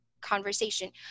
conversation